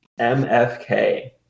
MFK